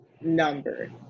number